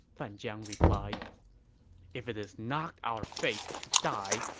fan jiang replied if it is not our fate to die,